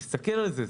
תסתכל על זה.